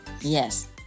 yes